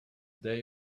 they